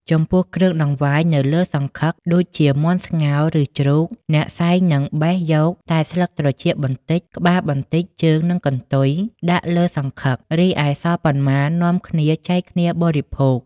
ចំពោះគ្រឿងតង្វាយនៅលើសង្ឃឹក ដូចជាមាន់ស្ងោរ ឬជ្រូក អ្នកសែងនឹងបេះយកតែស្លឹកត្រចៀកបន្តិច ក្បាលបន្តិច ជើង និងកន្ទុយ ដាក់លើសង្ឃឹក រីឯសល់ប៉ុន្មាននាំគ្នាចែកគ្នាបរិភោគ។